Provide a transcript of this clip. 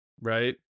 right